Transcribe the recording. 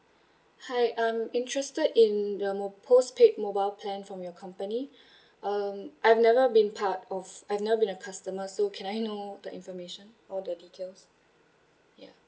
hi I'm interested in the mo~ postpaid mobile plan from your company um I'm never been part of I've never been a customer so can I know the information or the details ya